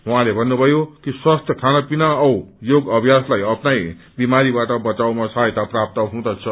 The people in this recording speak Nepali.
उहाँले भन्नुथयो कि स्वस्थ्य खानापिना औ योग अभ्यासलाई अप्नाए बिमारीबाट बचावमा सहायता प्राप्त हुँदछ